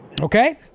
Okay